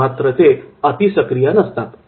मात्र ते अतिसक्रिय नसतात